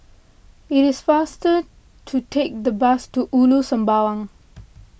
it is faster to take the bus to Ulu Sembawang